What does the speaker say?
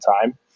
time